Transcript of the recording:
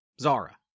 Zara